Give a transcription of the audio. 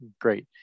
great